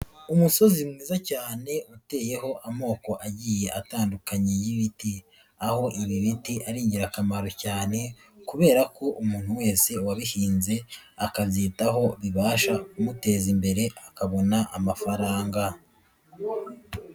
Umusozi mwiza cyane uteyeho amoko agiye atandukanye y'ibiti, aho ibi biti ari ingirakamaro cyane kubera ko umuntu wese wabihinze akabyitaho, bibasha kumuteza imbere akabona amafaranga.